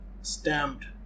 stamped